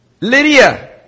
Lydia